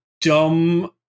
dumb